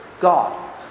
God